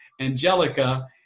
Angelica